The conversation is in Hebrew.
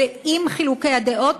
ועם חילוקי הדעות,